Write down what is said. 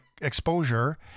exposure